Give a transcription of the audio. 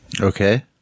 Okay